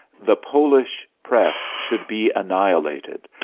the polish press should be annihilated.